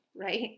right